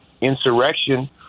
insurrection